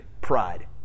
pride